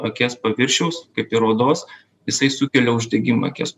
akies paviršiaus kaip ir odos jisai sukelia uždegimą akies